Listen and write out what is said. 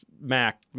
Mac